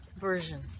version